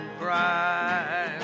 cry